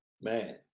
Man